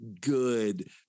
good